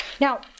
Now